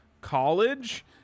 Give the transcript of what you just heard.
College